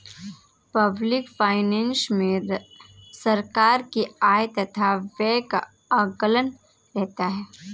public finance मे सरकार के आय तथा व्यय का आकलन रहता है